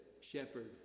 shepherd